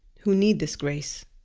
who need this grace